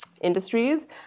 industries